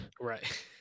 Right